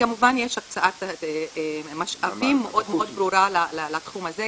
כמובן יש הקצאת משאבים מאוד מאוד ברורה לתחום הזה,